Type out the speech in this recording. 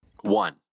One